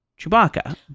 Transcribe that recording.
Chewbacca